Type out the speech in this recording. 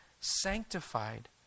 sanctified